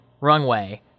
runway